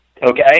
okay